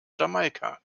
jamaika